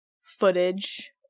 footage